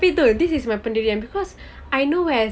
betul this is my pendirian I know where